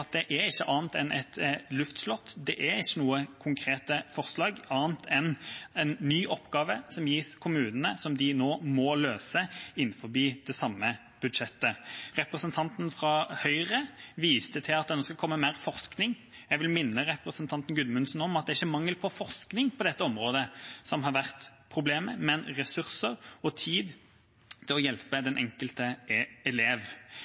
det er ikke annet enn et luftslott. Det er ikke noen konkrete forslag, annet enn en ny oppgave som gis kommunene som de nå må løse innenfor det samme budsjettet. Representanten Gudmundsen fra Høyre viste til at det skal komme mer forskning. Jeg vil minne representanten om at det ikke er mangel på forskning på dette området som har vært problemet, men ressurser og tid til å hjelpe den enkelte elev.